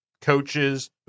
coaches